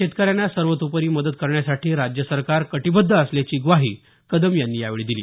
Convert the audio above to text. शेतकऱ्यांना सर्वतोपरी मदत करण्यासाठी राज्य सरकार कटिबद्ध असल्याची ग्वाही कदम यांनी दिली